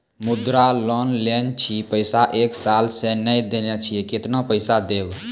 मुद्रा लोन लेने छी पैसा एक साल से ने देने छी केतना पैसा देब?